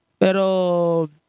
Pero